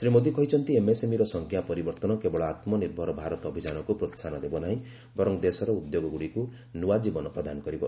ଶ୍ରୀ ମୋଦୀ କହିଛନ୍ତି ଏମ୍ଏସ୍ଏମ୍ଇର ସଂଜ୍ଞା ପରିବର୍ତନ କେବଳ ଆତ୍ମନିର୍ଭର ଭାରତ ଅଭିଯାନକୁ ପ୍ରୋସାହନ ଦେବ ନାହିଁ ବରଂ ଦେଶର ଉଦ୍ୟୋଗଗୁଡ଼ିକୁ ନୂଆ ଜୀବନ ପ୍ରଦାନ କରିବ